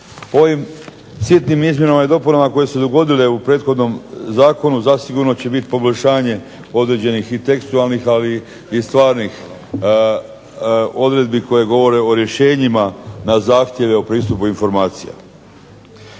Ovim sitnim izmjenama i dopunama koje su se dogodile u prethodnom zakonu zasigurno će biti poboljšanje određenih i tekstualnih, ali i stvarnih odredbi koje govore o rješenjima na zahtjeve o pristupu informacija.